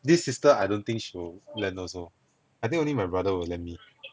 this sister I don't think she will lend also I think only my brother will lend me